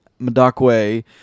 Madakwe